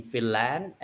Finland